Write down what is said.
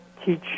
teach